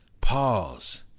Pause